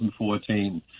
2014